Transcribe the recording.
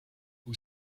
who